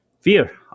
fear